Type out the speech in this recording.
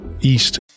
east